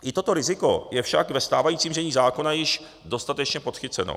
I toto riziko je však ve stávajícím znění zákona již dostatečně podchyceno.